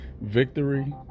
victory